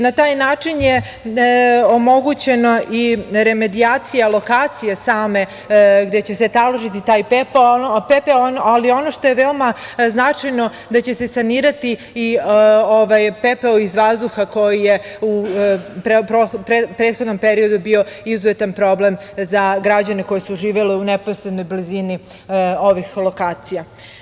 Na taj način je omogućena i remediacija lokacije same gde će se taložiti taj pepeo, ali ono što je veoma značajno jeste da će se sanirati i pepeo iz vazduha koji je u prethodnom periodu bio izuzetan problem za građane koji su živeli u neposrednoj blizini ovih lokacija.